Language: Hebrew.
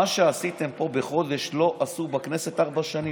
מה שעשיתם פה בחודש לא עשו בכנסת ארבע שנים.